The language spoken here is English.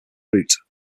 route